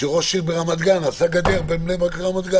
כשראש עיר ברמת גן עשה גדר בין בני ברק לרמת גן.